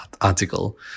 article